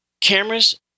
cameras